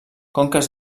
conques